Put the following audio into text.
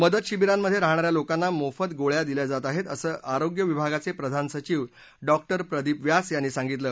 मदत शिवीरांमधे राहणा या लोकांना मोफत गोळ्या दिल्या जात आहेत असं आरोग्य विभागाचे प्रधान सचिव डॉक्टर प्रदीप व्यास यांनी सांगितलं